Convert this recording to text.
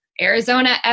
Arizona